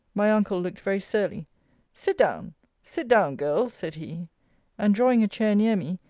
my uncle looked very surly sit down sit down, girl, said he and drawing a chair near me,